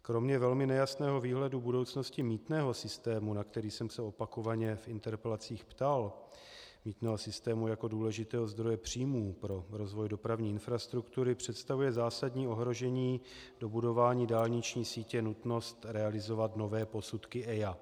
Kromě velmi nejasného výhledu budoucnosti mýtného systému, na který jsem se opakovaně v interpelacích ptal, mýtného systému jako důležitého zdroje příjmů pro rozvoj dopravní infrastruktury, představuje zásadní ohrožení dobudování dálniční sítě nutnost realizovat nové posudky EIA.